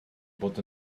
bod